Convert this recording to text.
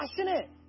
passionate